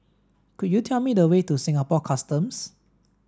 could you tell me the way to Singapore Customs